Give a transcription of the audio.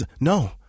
no